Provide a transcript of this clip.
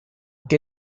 che